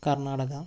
Karnataka